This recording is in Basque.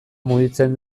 mugitzen